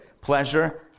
Pleasure